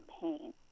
pain